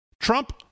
Trump